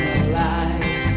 alive